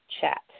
chat